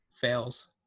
fails